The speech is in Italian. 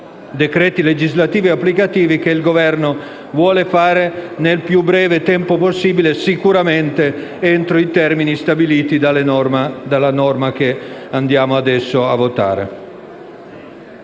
decreti legislativi ed applicativi, che il Governo intende emanare nel più breve tempo possibile e sicuramente entro i termini stabiliti dalla norma che andiamo adesso a votare.